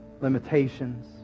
limitations